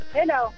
Hello